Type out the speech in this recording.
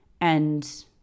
And-